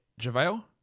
JaVale